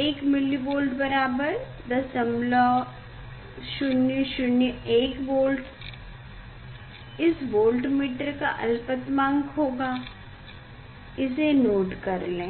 1mV बराबर 0001V इस voltmeter का अलपतमांक होगा इसे नोट कर लें